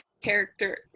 character